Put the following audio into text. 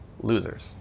losers